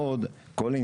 וערבות מדינה היא כלי